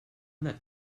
not